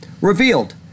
Revealed